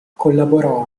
collaborò